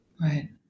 Right